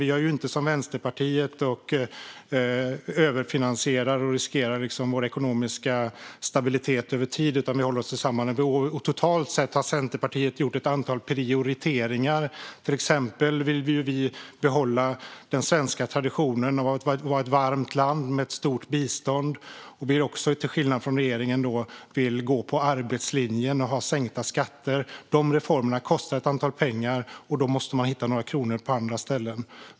Vi gör inte som Vänsterpartiet - överfinansierar och riskerar vår ekonomiska stabilitet över tid - utan håller oss på samma nivå. Totalt sett har Centerpartiet gjort ett antal prioriteringar. Till exempel vill vi behålla den svenska traditionen av att vara ett varmt land med ett stort bistånd. Vi vill också till skillnad från regeringen gå på arbetslinjen och ha sänkta skatter. De reformerna kostar en del pengar, och då måste man hitta några kronor på andra ställen.